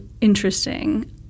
interesting